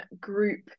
group